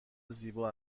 زیبا